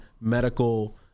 medical